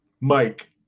mike